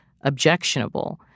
objectionable